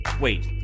Wait